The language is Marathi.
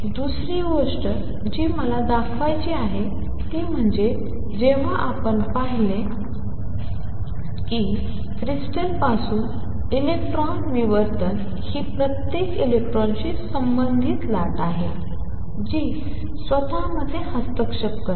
दुसरी गोष्ट जी मला दाखवायची आहे ती म्हणजे जेव्हा आपण पाहिले क्रिस्टल पासून इलेक्ट्रॉन विवर्तन ही प्रत्येक इलेक्ट्रॉनशी संबंधित लाट आहे जी स्वतःमध्ये हस्तक्षेप करते